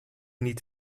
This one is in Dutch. niet